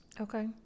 Okay